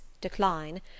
decline